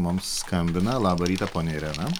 mums skambina labą rytą ponia irena